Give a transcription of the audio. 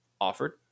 offered